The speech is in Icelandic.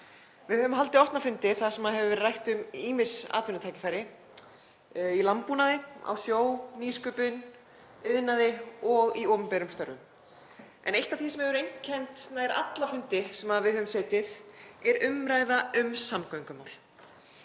Við höfum haldið opna fundi þar sem hefur verið rætt um ýmis atvinnutækifæri í landbúnaði, á sjó, nýsköpun, iðnaði og í opinberum störfum. En eitt af því sem hefur einkennt nær alla fundi sem við höfum setið er umræða um samgöngumál.